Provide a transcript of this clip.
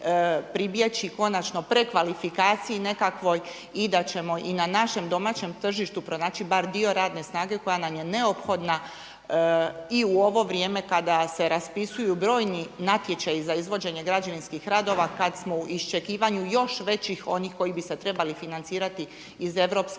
pribjeći konačno prekvalifikaciji nekakvoj i da ćemo i na našem domaćem tržištu pronaći bar dio radne snage koja nam je neophodna i u ovo vrijeme kada se raspisuju brojni natječaji za izvođenje građevinskih radova kada smo u iščekivanju još većih onih koji bi se trebali financirati iz EU, zaista